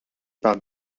par